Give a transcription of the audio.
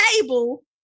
table